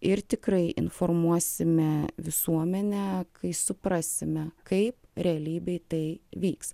ir tikrai informuosime visuomenę kai suprasime kaip realybėj tai vyks